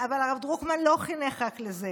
אבל הרב דרוקמן לא חינך רק לזה.